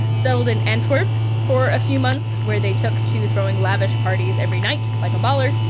settled in antwerp for a few months, where they took to throwing lavish parties every night, like a baller.